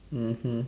mmhmm